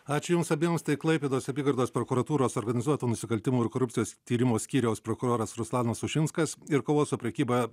ačiū jums abiems tai klaipėdos apygardos prokuratūros organizuotų nusikaltimų ir korupcijos tyrimo skyriaus prokuroras ruslanas ušinskas ir kovos su prekyba